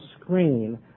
screen